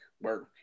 work